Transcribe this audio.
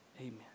Amen